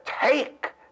take